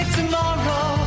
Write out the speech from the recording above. tomorrow